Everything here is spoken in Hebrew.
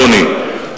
אדוני,